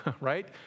right